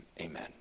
amen